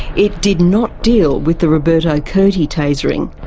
it did not deal with the roberto curti tasering.